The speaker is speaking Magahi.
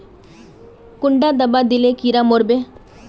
कुंडा दाबा दिले कीड़ा मोर बे?